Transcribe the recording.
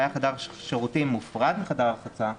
והיה חדר שירותים מופרד מחדר רחצה.